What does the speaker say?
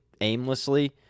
aimlessly